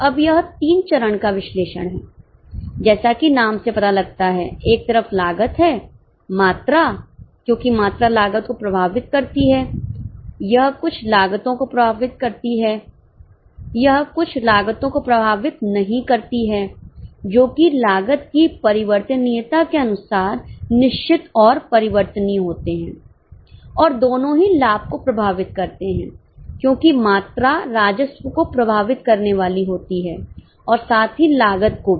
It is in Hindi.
अब यह तीन चरण का विश्लेषण है जैसा कि नाम से पता लगता है एक तरफ लागत है मात्रा क्योंकि मात्रा लागत को प्रभावित करती है यह कुछ लागतो को प्रभावित करती है यह कुछ लागतो को प्रभावित नहीं करती है जो कि लागत की परिवर्तनीयता के अनुसार निश्चित और परिवर्तनीय होते हैं और दोनों ही लाभ को प्रभावित करते हैं क्योंकि मात्रा राजस्व को प्रभावित करने वाली होती है और साथ ही लागत को भी